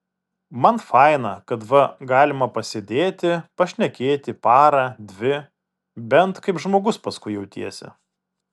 man faina kad va galima pasėdėti pašnekėti parą dvi bent kaip žmogus paskui jautiesi